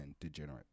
degenerate